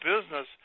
business